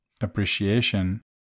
appreciation